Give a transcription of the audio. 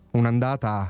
un'andata